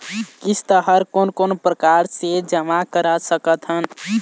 किस्त हर कोन कोन प्रकार से जमा करा सकत हन?